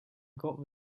got